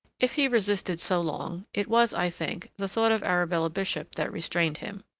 if he resisted so long, it was, i think, the thought of arabella bishop that restrained him.